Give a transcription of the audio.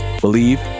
Believe